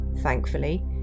thankfully